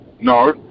No